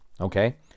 Okay